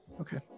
Okay